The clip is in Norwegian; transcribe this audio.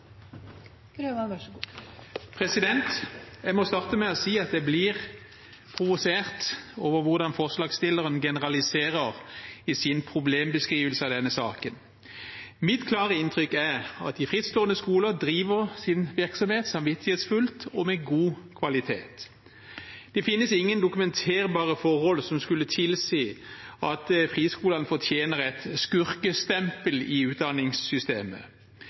Jeg må starte med å si at jeg blir provosert over hvordan forslagsstilleren generaliserer i sin problembeskrivelse av denne saken. Mitt klare inntrykk er at de frittstående skoler driver sin virksomhet samvittighetsfullt og med god kvalitet. Det finnes ingen dokumenterbare forhold som skulle tilsi at friskolene fortjener et skurkestempel i utdanningssystemet.